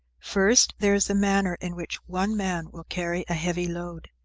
first, there is the manner in which one man will carry a heavy load.